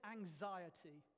Anxiety